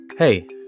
Hey